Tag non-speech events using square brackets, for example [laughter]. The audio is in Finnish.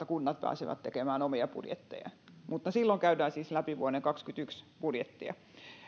[unintelligible] kunnat pääsevät tekemään omia budjettejaan vasta sen aikataulun mukaan mutta silloin käydään siis läpi vuoden kaksikymmentäyksi budjettia